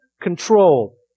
control